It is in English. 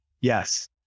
Yes